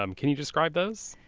um can you describe those?